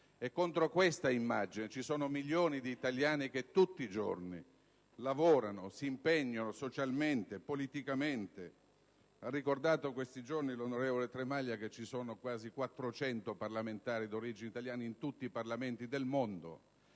Contro questa immagine ci sono milioni di italiani che tutti i giorni lavorano e si impegnano socialmente e politicamente. Ha ricordato in questi giorni l'onorevole Tremaglia che ci sono quasi 400 parlamentari d'origine italiana in tutti i Parlamenti del mondo.